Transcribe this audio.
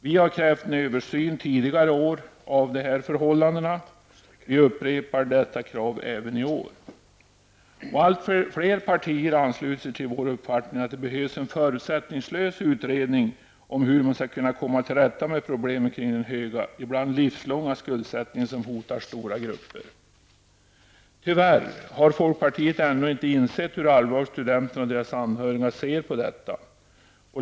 Vi har krävt en översyn av dessa förhållanden tidigare år, och vi upprepar detta krav även i år. Allt fler partier ansluter sig till vår uppfattning att det behövs en förutsättningslös utredning om hur man skall komma till rätta med problemen kring den höga ibland livslånga skuldsättningen som hotar stora grupper. Tyvärr har folkpartiet ännu inte insett hur allvarligt studenterna och deras anhöriga ser på detta.